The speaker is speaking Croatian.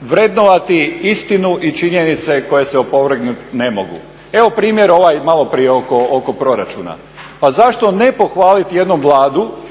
vrednovati istinu i činjenice koje se opovrgnut ne mogu. Evo primjer ovaj maloprije oko proračuna. Pa zašto ne pohvaliti jednu Vladu